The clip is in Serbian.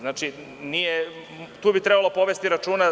Znači, tu bi trebalo povesti računa.